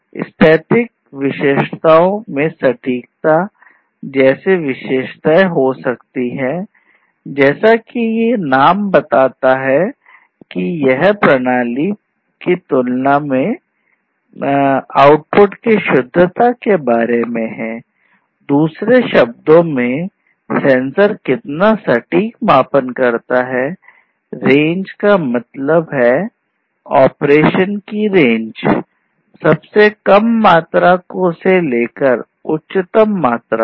स्थैतिक विशेषताओं में सटीकता की रेंज सबसे कम मात्रा से लेकर उच्चतम मात्रा तक